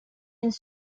une